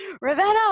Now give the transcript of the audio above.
Ravenna